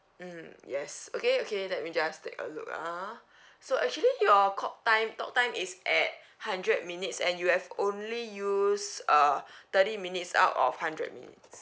mm yes okay okay let me just take a look ah so actually your call time talk time is at hundred minutes and you have only used uh thirty minutes out of hundred minutes